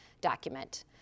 document